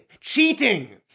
cheating